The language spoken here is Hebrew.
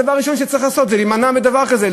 הדבר הראשון שצריך לעשות זה להימנע מדבר כזה,